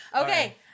Okay